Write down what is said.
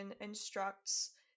instructs